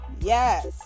yes